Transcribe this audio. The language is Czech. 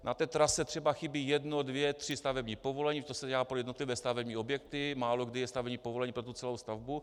Na té trase třeba chybí jedno, dvě, tři stavební povolení, to se dělá pro jednotlivé stavební objekty, málokdy je stavební povolení pro tu celou stavbu.